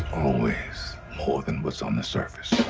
always more than what's on the surface.